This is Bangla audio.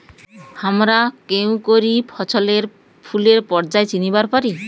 হামরা কেঙকরি ফছলে ফুলের পর্যায় চিনিবার পারি?